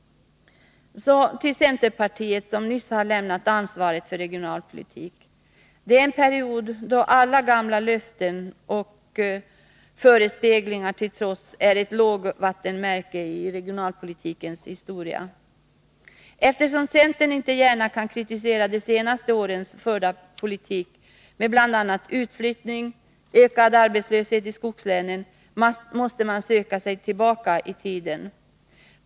Centerpartiet har nyss lämnat ansvaret för regionalpolitiken. Den centerpartistiska perioden är, alla gamla vallöften och förespeglingar till trots, ett lågvattenmärke i regionalpolitikens historia. Eftersom centern inte gärna kan kritisera den förda politiken under de senaste åren, som bl.a. lett till utflyttning och ökad arbetslöshet i skogslänen, måste man söka sig tillbaka i tiden.